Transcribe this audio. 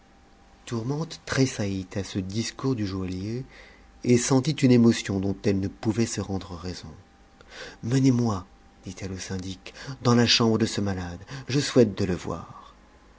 tourmente tressaillit à ce discours du joaillier et sentit une émot'on dont elle ne pouvait se rendre raison menez-moi dit-elle au syndic dans la chambre de ce malade je souhaite de le voir